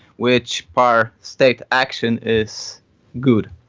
which par state action is good?